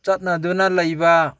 ꯆꯠꯅꯗꯨꯅ ꯂꯩꯕ